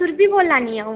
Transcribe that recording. सुरभि बोल्ला निं अ'ऊं